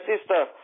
sister